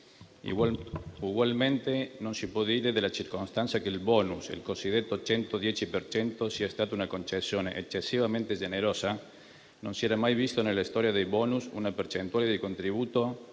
Ugualmente, non si può dire della circostanza che il *bonus*, il cosiddetto 110 per cento, sia stato una concessione eccessivamente generosa: non si era mai vista nella storia dei *bonus* una percentuale di contributo